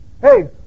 Hey